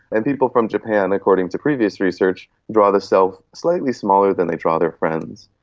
and people from japan, according to previous research, draw the self slightly smaller than they draw their friends.